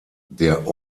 der